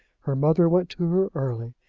her mother went to her early,